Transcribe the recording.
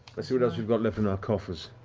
i'll see what else we've got left in our coffers.